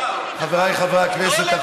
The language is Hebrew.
חבריי חברי הכנסת,